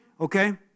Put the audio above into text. okay